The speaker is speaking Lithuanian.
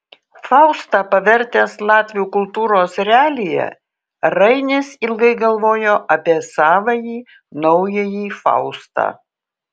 faustą pavertęs latvių kultūros realija rainis ilgai galvojo apie savąjį naująjį faustą